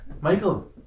Michael